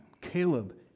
Caleb